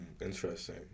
Interesting